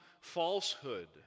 falsehood